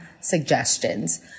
suggestions